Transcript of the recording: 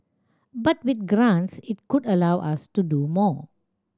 but with grants it could allow us to do more